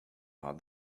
are